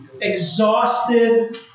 exhausted